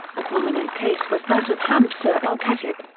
a prominent case was that of hamza al-khateeb.